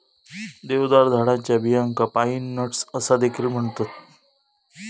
देवदार झाडाच्या बियांका पाईन नट्स असा देखील म्हणतत